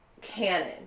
canon